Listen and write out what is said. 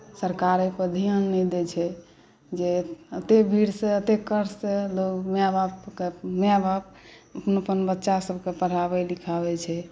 सरकार एहिपर ध्यान नहि दैत छै जे एतेक भीड़सँ एतेक कष्टसँ लोग माए बापकेँ माए बाप अपन अपन बच्चासभकेँ पढ़ाबैत लिखाबैत छै